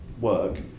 work